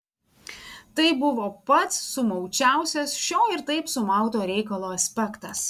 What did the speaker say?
tai buvo pats sumaučiausias šio ir taip sumauto reikalo aspektas